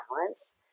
Balance